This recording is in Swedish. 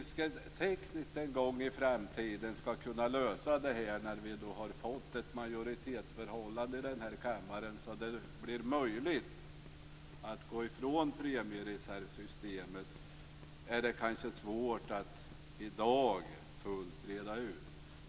Hur vi tekniskt en gång i framtiden skall kunna lösa det här, när vi har fått ett majoritetsförhållande i kammaren som gör det möjligt att gå ifrån premiereservsystemet, är det kanske svårt att i dag helt reda ut.